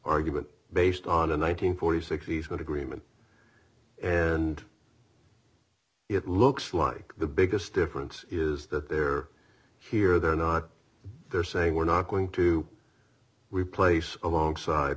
argument based on a nine hundred and forty six he's got agreement and it looks like the biggest difference is that they're here they're not they're saying we're not going to we place alongside